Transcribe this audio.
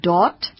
Dot